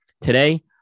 today